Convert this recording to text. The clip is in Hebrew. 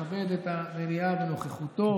שמכבד את המליאה בנוכחותו.